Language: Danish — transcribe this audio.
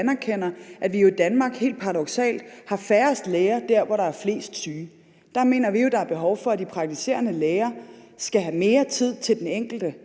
at vi i Danmark helt paradoksalt har færrest læger der, hvor der er flest syge. Der mener vi jo, at der er behov for, at de praktiserende læger skal have mere tid til den enkelte